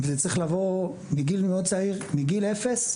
וזה צריך לבוא מגיל מאוד צעיר, מגיל אפס,